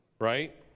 right